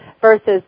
versus